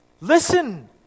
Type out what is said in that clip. listen